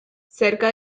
cerca